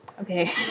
Okay